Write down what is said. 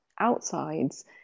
outsides